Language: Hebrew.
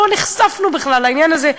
לא נחשפנו בכלל לעניין הזה.